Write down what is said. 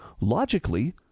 Logically